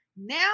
now